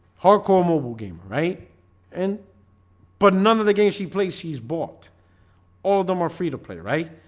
hardcore mobile gamer right and but none of the games she plays he's bought all of them are free to play, right?